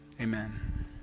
Amen